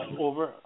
over